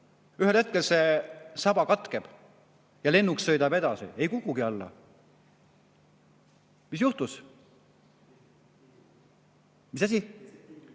ühel hetkel see saba katkeb ja lennuk sõidab edasi. Ei kukugi alla. Mis juhtus? (Saalist